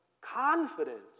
confidence